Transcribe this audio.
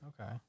Okay